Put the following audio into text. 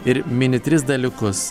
ir mini tris dalykus